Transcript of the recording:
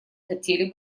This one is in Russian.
хотели